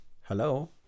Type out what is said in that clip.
hello